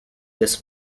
this